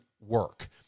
work